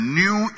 new